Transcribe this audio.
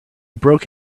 broke